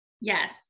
Yes